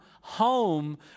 home